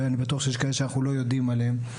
ואני בטוח שיש כאלה שאנחנו לא יודעים עליהם.